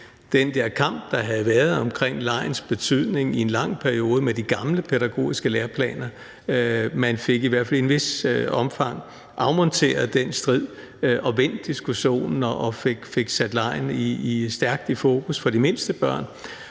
den der kamp, der havde været om legens betydning i en lang periode med de gamle pædagogiske læreplaner, afmonteret; man fik i hvert fald i et vist omfang afmonteret den strid og fik vendt diskussionen og sat legen stærkt i fokus for de mindste børn.